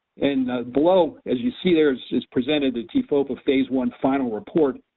and below, as you see there, it's it's presented the tfopa phase one final report,